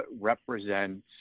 represents